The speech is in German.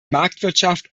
marktwirtschaft